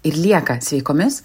ir lieka sveikomis